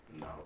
No